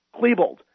Klebold